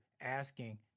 asking